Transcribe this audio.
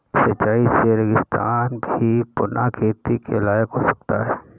सिंचाई से रेगिस्तान भी पुनः खेती के लायक हो सकता है